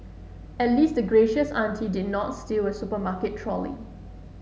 at least the gracious auntie did not steal a supermarket trolley